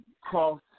cross